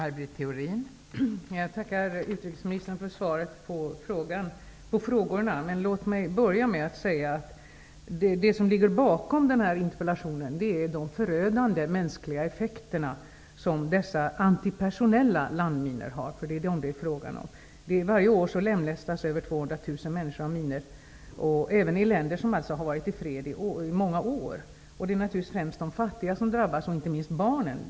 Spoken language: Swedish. Fru talman! Jag tackar utrikesministern för svaret på mina frågor. Låt mig börja med att säga att det som ligger bakom interpellationen är de förödande mänskliga effekter som de antipersonella landminorna har. Varje år lemlästas över 200 000 människor av minor, även i länder som har varit i fred i många år. Naturligtvis är det främst de fattiga som drabbas, inte minst barnen.